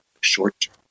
short-term